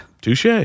touche